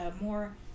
more